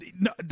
no